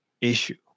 issue